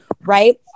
right